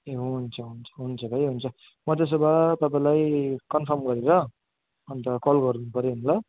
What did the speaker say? ए हुन्छ हुन्छ हुन्छ भाइ हुन्छ म त्यसो भए तपाईँलाई कन्फर्म गरेर अन्त कल गर्नुपर्यो नि ल